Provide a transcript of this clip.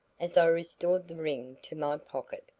as i restored the ring to my pocket.